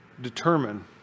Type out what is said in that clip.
determine